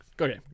okay